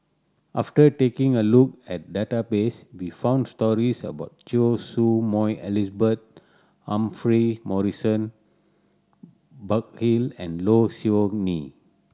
after taking a look at database we found stories about Choy Su Moi Elizabeth Humphrey Morrison Burkill and Low Siew Nghee